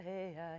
Hey